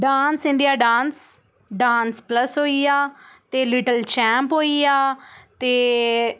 dance India dance dance plus होई गेआ ते लिटल चैम्प होई गेआ ते